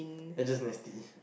that's just nasty